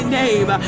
name